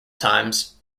times